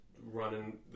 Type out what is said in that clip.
running